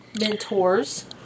mentors